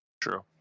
true